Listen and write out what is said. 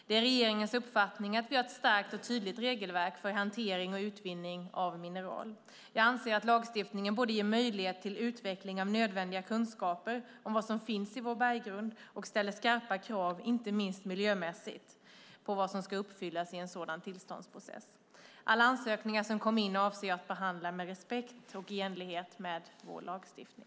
Det är regeringens uppfattning att vi har ett starkt och tydligt regelverk för hantering och utvinning av mineral. Jag anser att lagstiftningen både ger möjligheter till utveckling av nödvändiga kunskaper om vad som finns i vår berggrund och ställer skarpa krav - inte minst miljömässigt - på vad som ska uppfyllas i en tillståndsprocess. Alla ansökningar som kommer in avser jag att behandla med respekt och i enlighet med vår lagstiftning.